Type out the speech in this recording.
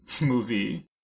movie